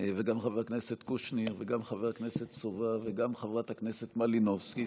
וגם חבר הכנסת קושניר וגם חבר הכנסת סובה וגם חברת הכנסת מלינובסקי,